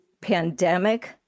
pandemic